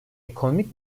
ekonomik